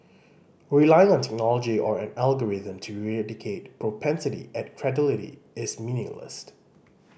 relying on technology or an algorithm to eradicate propensity at credulity is meaningless